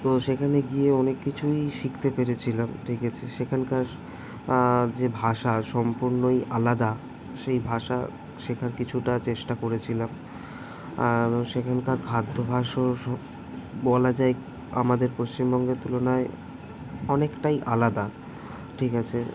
তো সেখানে গিয়ে অনেক কিছুই শিখতে পেরেছিলাম ঠিক আছে সেখানকার যে ভাষা সম্পূর্ণই আলাদা সেই ভাষা শেখার কিছুটা চেষ্টা করেছিলাম সেখানকার খাদ্যাভ্যাসও সু বলা যায় আমাদের পশ্চিমবঙ্গের তুলনায় অনেকটাই আলাদা ঠিক আছে